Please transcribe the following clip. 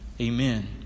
Amen